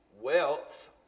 wealth